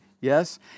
Yes